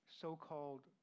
so-called